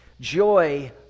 Joy